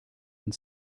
and